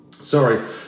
sorry